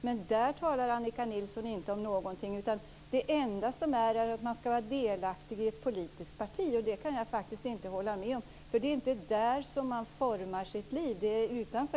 Men om det säger Annika Nilsson inte någonting, utan det enda som gäller är att man ska vara delaktig i ett politiskt parti. Det kan jag faktiskt inte hålla med om. Det är inte där man formar sitt liv, det är utanför.